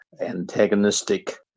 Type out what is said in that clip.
antagonistic